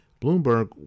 Bloomberg